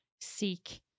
seek